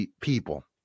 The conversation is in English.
people